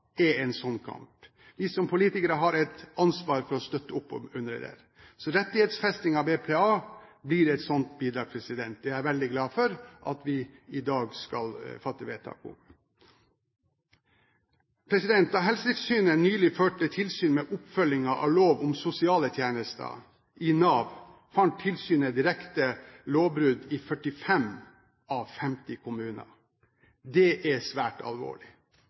en sånn kamp. Vi som politikere har et ansvar for å støtte opp under det. Rettighetsfesting av BPA blir et sånt bidrag. Det er jeg veldig glad for at vi i dag skal fatte vedtak om. Da Helsetilsynet nylig førte tilsyn med oppfølgingen av lov om sosiale tjenester i Nav, fant tilsynet direkte lovbrudd i 45 av 50 kommuner. Det er svært alvorlig.